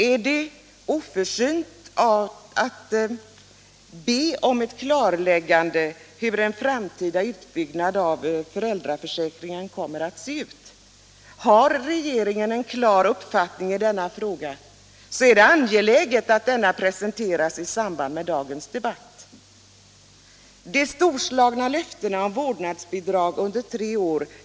Är det oförsynt att be om ett klarläggande av hur en framtida utbyggnad av föräldraförsäkringen kommer att se ut? Har regeringen en klar uppfattning i denna fråga, är det angeläget att denna presenteras i samband med dagens debatt. De storslagna löftena om vårdnadsbidrag med 10 000 kr.